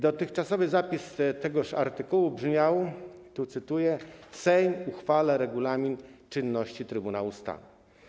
Dotychczasowy zapis tegoż artykułu brzmiał - tu cytuję: Sejm uchwala regulamin czynności Trybunału Stanu.